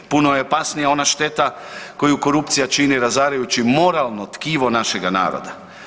Puno je opasnija ona šteta koju korupcija čini razarajući moralno tkivo našega naroda.